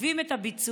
מעכבים את הביצוע.